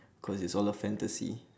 cause it's all a fantasy